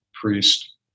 priest